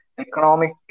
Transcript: Economic